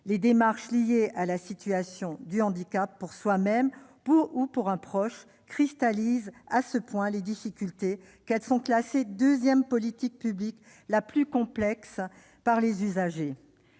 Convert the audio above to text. de démarches liées à la situation de handicap pour soi-même ou pour un proche cristallise à ce point les difficultés qu'il est classé deuxième politique publique la plus complexe par les usagers.